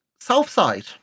Southside